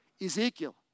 Ezekiel